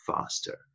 faster